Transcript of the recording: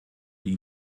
die